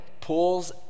pulls